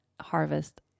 harvest